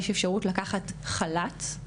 יש אפשרות לקחת חל"ת,